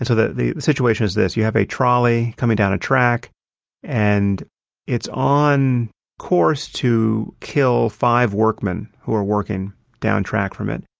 the the situation is this you have a trolley coming down a track and it's on course to kill five workmen who are working down track from it.